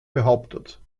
behauptet